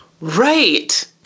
Right